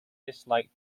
disliked